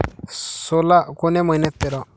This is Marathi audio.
सोला कोन्या मइन्यात पेराव?